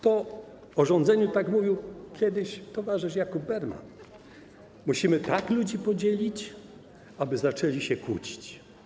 Tak o rządzeniu mówił kiedyś towarzysz Jakub Berman: musimy tak ludzi podzielić, aby zaczęli się kłócić.